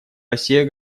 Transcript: россия